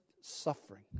suffering